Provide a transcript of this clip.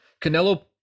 Canelo